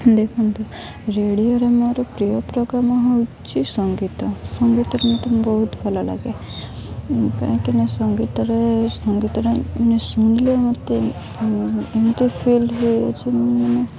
ଦେଖନ୍ତୁ ରେଡ଼ିଓରେ ମୋର ପ୍ରିୟ ପ୍ରୋଗ୍ରାମ୍ ହେଉଛି ସଙ୍ଗୀତ ସଙ୍ଗୀତରେ ମୋତେ ବହୁତ ଭଲ ଲାଗେ କାହିଁକି ନା ସଙ୍ଗୀତ ରେ ସଙ୍ଗୀତରେ ମାନେ ଶୁଣିଲେ ମୋତେ ଏମିତି ଫିଲ୍ ହେଉଅଛି ମାନେ